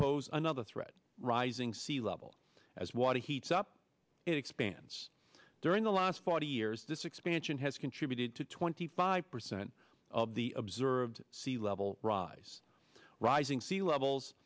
pose another threat rising sea level as water heats up it expands during the last forty years this expansion has contributed to twenty five percent of the observed sea level rise rising sea levels